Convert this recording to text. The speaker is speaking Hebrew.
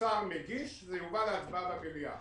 השר מגיש, זה יובא להצבעה במליאה.